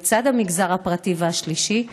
לצד המגזר הפרטי והשלישי,